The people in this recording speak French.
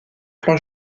plan